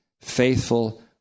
faithful